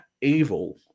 evil